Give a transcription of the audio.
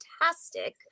fantastic